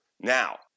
now